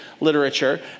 literature